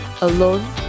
alone